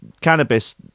cannabis